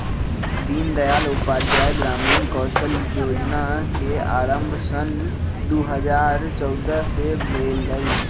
दीनदयाल उपाध्याय ग्रामीण कौशल जोजना के आरम्भ सन दू हज़ार चउदअ से भेलइ